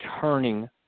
turning